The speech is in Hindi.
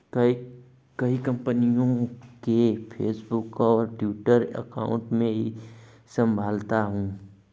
कई कंपनियों के फेसबुक और ट्विटर अकाउंट मैं ही संभालता हूं